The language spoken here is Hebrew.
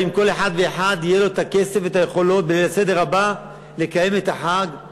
האם כל אחד ואחד יהיו לו הכסף והיכולות בליל הסדר הבא לקיים את החג?